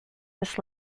this